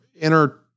inner